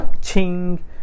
Ching